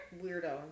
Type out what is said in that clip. Weirdo